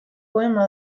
poema